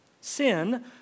sin